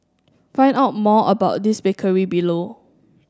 find out more about this bakery below